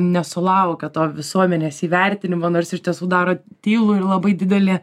nesulaukia to visuomenės įvertinimo nors iš tiesų daro tylų ir labai didelį